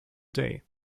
day